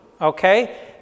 okay